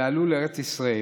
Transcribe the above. ועלו לארץ ישראל.